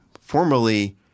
formerly